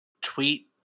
tweet